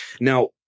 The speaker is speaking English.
Now